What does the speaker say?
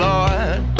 Lord